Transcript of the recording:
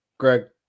Greg